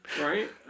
Right